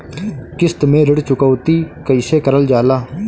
किश्त में ऋण चुकौती कईसे करल जाला?